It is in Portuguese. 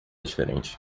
diferente